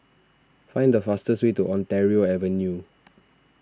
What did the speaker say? find the fastest way to Ontario Avenue